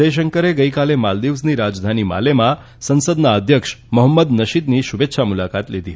જયશંકરે ગઈકાલે માલ્દીવ્સની રાજધાની માલેમાં સંસદના અધ્યક્ષ મહંમદ નશીદની શુભેચ્છા મુલાકાત લીધી